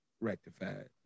rectified